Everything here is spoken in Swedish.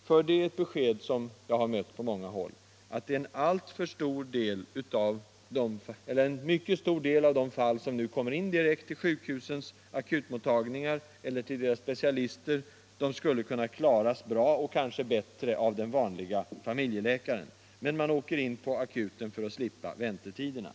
För det beskedet har vi fått från flera håll: Många av de fall som nu kommer in direkt till sjukhusens akutmottagningar eller specialister skulle kunna klaras bra — kanske bättre — av de vanliga familjeläkarna. Men man åker in på ”akuten” för att slippa väntetiderna.